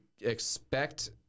expect